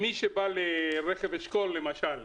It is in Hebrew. מי שבעל רכב אשכול, למשל,